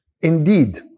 Indeed